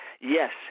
Yes